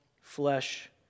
flesh